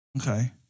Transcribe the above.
Okay